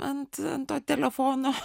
ant to telefono